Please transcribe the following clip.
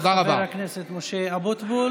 תודה רבה.